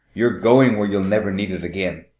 you're going where you'll never need it again!